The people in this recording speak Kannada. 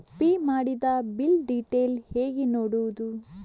ಪೇ ಮಾಡಿದ ಬಿಲ್ ಡೀಟೇಲ್ ಹೇಗೆ ನೋಡುವುದು?